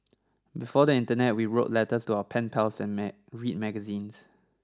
before the internet we wrote letters to our pen pals and read magazines